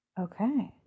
Okay